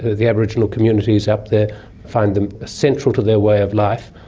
the aboriginal communities up there find them central to their way of life,